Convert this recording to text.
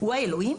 הוא האלוקים?